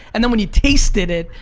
and then when you tasted it,